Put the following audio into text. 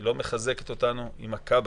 היא לא מחזקת אותנו, היא מכה בנו.